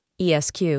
ESQ